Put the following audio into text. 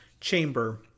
chamber